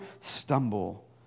stumble